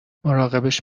مراقبش